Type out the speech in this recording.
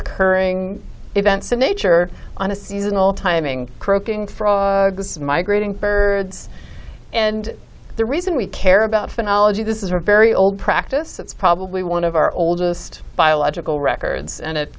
occurring events in nature on a seasonal timing croaking frogs migrating birds and the reason we care about phonology this is a very old practice that's probably one of our oldest biological records and it